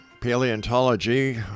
paleontology